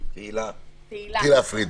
תהילה פרידמן.